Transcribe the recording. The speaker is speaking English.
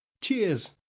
Cheers